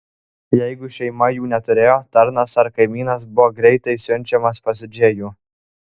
jeigu šeima jų neturėjo tarnas ar kaimynas būdavo greitai siunčiamas pas džėjų